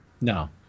no